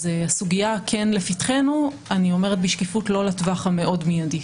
הסוגייה כן לפתחנו אבל אני אומרת בשקיפות שלא בטווח המיידי.